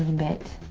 bit.